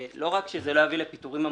לא רק שזה לא יוביל לפיטורים המוניים,